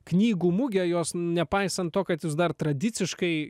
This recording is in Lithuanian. knygų mugę jos nepaisant to kad jūs dar tradiciškai